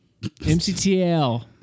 MCTL